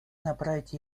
направить